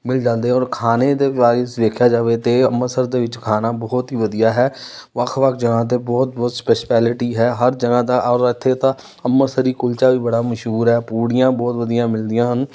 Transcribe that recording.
ਮਿਲ ਜਾਂਦੇ ਔਰ ਖਾਣੇ ਦੇ ਵਾਈਸ ਵੇਖਿਆ ਜਾਵੇ ਤਾਂ ਅੰਮ੍ਰਿਤਸਰ ਦੇ ਵਿੱਚ ਖਾਣਾ ਬਹੁਤ ਹੀ ਵਧੀਆ ਹੈ ਵੱਖ ਵੱਖ ਜਗ੍ਹਾ 'ਤੇ ਬਹੁਤ ਬਹੁਤ ਸਪੈਸ਼ਪੈਲਿਟੀ ਹੈ ਹਰ ਜਗ੍ਹਾ ਦਾ ਔਰ ਇੱਥੇ ਤਾਂ ਅੰਮ੍ਰਿਤਸਰੀ ਕੁਲਚਾ ਵੀ ਬੜਾ ਮਸ਼ਹੂਰ ਹੈ ਪੂੜੀਆਂ ਬਹੁਤ ਵਧੀਆ ਮਿਲਦੀਆਂ ਹਨ